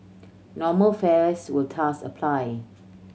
normal fares will thus apply